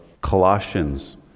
Colossians